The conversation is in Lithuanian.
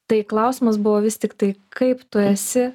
tai klausimas buvo vis tiktai kaip tu esi